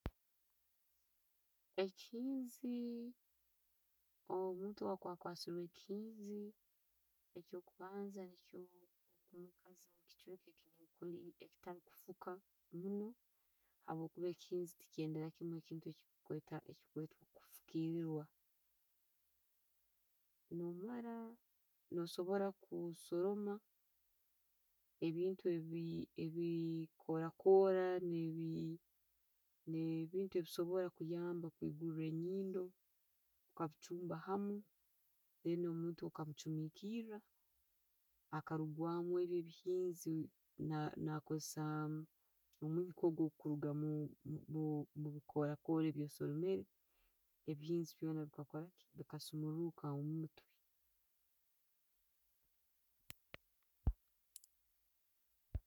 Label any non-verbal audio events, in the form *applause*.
Ekihinzi, omuntu bwakuba akwasirwe ekihinzi, ekyokubanza te *unintelligible* otakufuka munno habwokuba ekihinzi tekyenderakiimu enkintu ekikutweta ekikutweta okufukirwa. No mara, nossobora kusoroma ebintu nke ebi- ebi- ebiikoora koora ne'bintu ebikusobora kuyamba kwigura enyindo okabichumba hamu. Then omuntu okamuchumikira hakarugwamu ebyo ebihinzi na- nakozessa omwiika ogukuruga omu- omu- omubikorakora ebyo' byo soromere, ebihinzi byona bika kora ki, bikasumuruka.